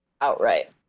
outright